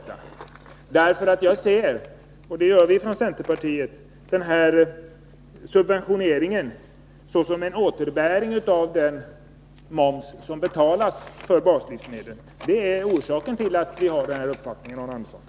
Jag ser subventioneringen — det gör vi i centerpartiet — som en återbäring av den moms som betalas för baslivsmedel. Det är orsaken till den uppfattning vi har, Arne Andersson.